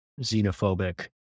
xenophobic